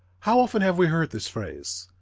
how often have we heard this phrase!